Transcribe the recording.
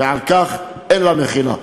ועל כך אין לה מחילה.